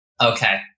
Okay